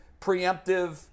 preemptive